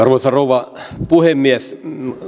arvoisa rouva puhemies